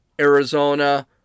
Arizona